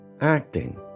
acting